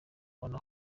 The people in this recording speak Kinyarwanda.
abantu